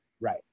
right